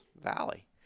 valley